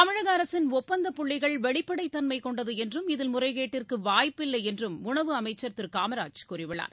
தமிழக அரசின் ஒப்பந்தப்புள்ளிகள் வெளிப்படைத்தன்மை கொண்டது என்றும் இதில் முறைகேட்டிற்கு வாய்ப்பில்லை என்றும் உணவு அமைச்சர் திரு காமராஜ் கூறியுள்ளார்